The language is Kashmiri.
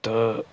تہٕ